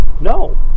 No